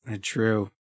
True